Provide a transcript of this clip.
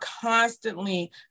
constantly